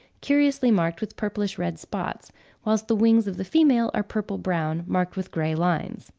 curiously marked with purplish-red spots whilst the wings of the female are purple-brown, marked with grey lines.